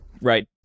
Right